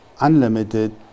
unlimited